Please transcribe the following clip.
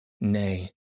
Nay